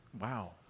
Wow